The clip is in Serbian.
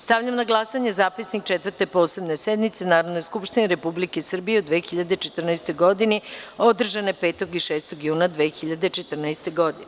Stavljam na glasanje zapisnik Četvrte posebne sednice Narodne skupštine Republike Srbije u 2014. godini, održane 5. i 6. juna 2014. godine.